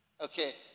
Okay